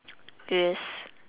yes